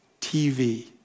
TV